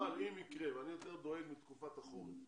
אבל אם יקרה ואני יותר דואג מתקופת החורף,